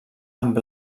amb